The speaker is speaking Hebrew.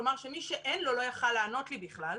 כלומר, מי שאין לו לא יכול לענות לי בכלל.